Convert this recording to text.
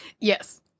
Yes